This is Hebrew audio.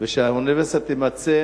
ושהאוניברסיטה תמצה